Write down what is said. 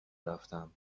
رفتم